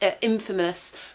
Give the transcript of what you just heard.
Infamous